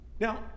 Now